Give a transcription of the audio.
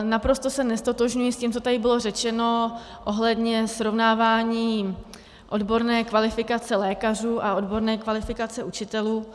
Naprosto se neztotožňuji s tím, co tady bylo řečeno ohledně srovnávání odborné kvalifikace lékařů a odborné kvalifikace učitelů.